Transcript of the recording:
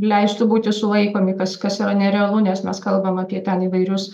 leistų būti sulaikomi kas kas yra nerealu nes mes kalbam apie ten įvairius